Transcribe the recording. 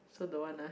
so don't want lah